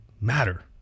matter